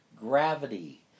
gravity